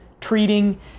treating